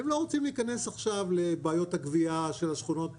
הם לא רוצים להיכנס עכשיו לבעיות הגבייה של השכונות